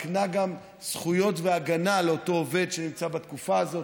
מקנה גם זכויות והגנה לאותו עובד שנמצא בתקופה הזאת,